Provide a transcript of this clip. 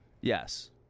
Yes